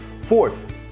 Fourth